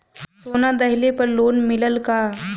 सोना दहिले पर लोन मिलल का?